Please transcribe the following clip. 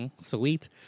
sweet